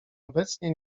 obecnie